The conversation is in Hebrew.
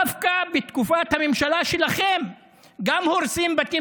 דווקא בתקופת הממשלה שלכם גם הורסים בתים